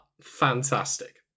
fantastic